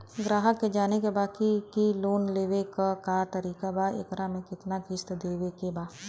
ग्राहक के जाने के बा की की लोन लेवे क का तरीका बा एकरा में कितना किस्त देवे के बा?